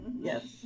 yes